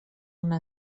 una